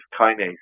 kinase